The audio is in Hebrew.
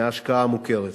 מההשקעה המוכרת.